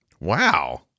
Wow